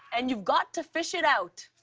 and you've got to fish it out.